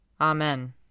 Amen